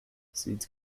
seeds